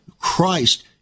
Christ